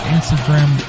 Instagram